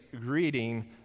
greeting